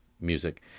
music